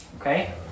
Okay